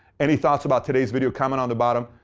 any thoughts about today's video, comment on the bottom.